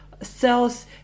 cells